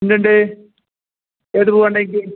ഉണ്ടുണ്ട് ഏത് പൂ വേണ്ടത് നിങ്ങൾക്ക്